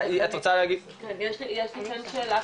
יש לי כן שאלה,